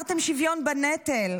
"אמרתם שוויון בנטל,